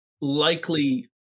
likely